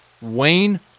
Wayne